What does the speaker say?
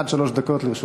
עד שלוש דקות לרשותך.